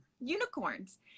unicorns